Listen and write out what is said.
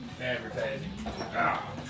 advertising